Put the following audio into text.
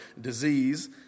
disease